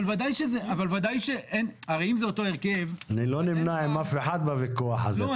אבל אם זה אותו הרכב --- אני לא נמנה עם אף אחד בוויכוח הזה,